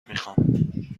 میخام